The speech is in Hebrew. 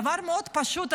דבר מאוד פשוט,